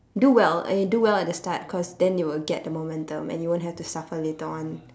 do well eh do well at the start cause then you will get the momentum and you won't have to suffer later on